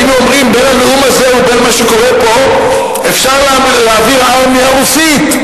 היינו אומרים: בין הנאום הזה לבין מה שקורה פה אפשר להביא ארמיה רוסית.